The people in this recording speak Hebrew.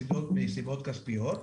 כמובן, מסיבות כספיות.